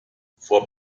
vor